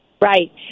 Right